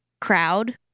crowd